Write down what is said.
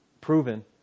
proven